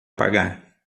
pagar